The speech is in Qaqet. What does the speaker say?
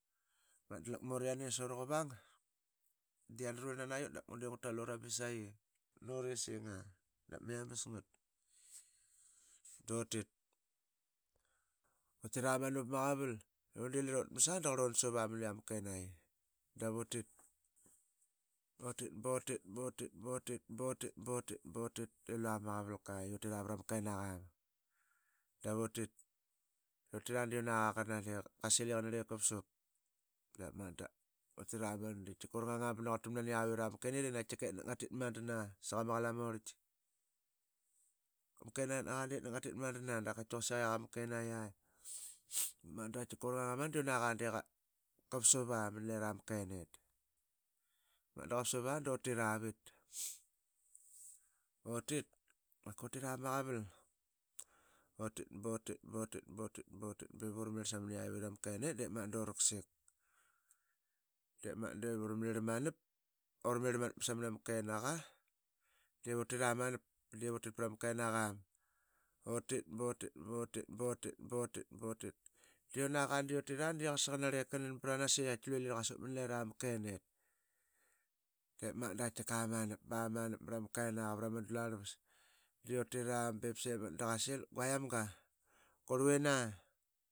Lkmuriani sura quvang de yanarwirl nanaitk ut dap ngutal uramisaqinura esinga dap miamasngat. Dutit. utiramanu vamaqaval de qrlun de lirun Sura mnluia ama kenaiqi dutit. butit. butit. butit. butit. butit. butit. butit. butit ilua vamaqaralka vrama kenaqam Ddavutit. utira de unaqa qasil i qanarip qapsup dep magat dutiramanu de naqurltamna niyawitrama kenet i etngatit madan a saqama qalamorlqi. Ma kenetnaqa de itnak ngatit madana da quasik aqama kenaiya. Daqaitikep magat durangang amanu daqaitkika unaqa qapsuva manlira ma kenet dep magat daqapsuvu dutit utira vamaqaval. Utit bautit. bautit. bautit. bautit. bautit be vuramarirl samaniyawit ama Kenet. dura Ksik dep magat duramrirl manap ba samnama kenaqa. Divutiramanap. divuttitprama kenaqam utit. bautit. bautit. bautit. bautit. bautit de unaqa diutira da qasa qnarlip Knanvranas i qaiti lue lira qasup mnlira ma kenet. Dep magat daqaitika amanap mrama Kenaqa vrama dularlvas. utira bep semaq da qasil. guaiyamga qurliwina